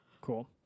Cool